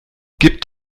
gibt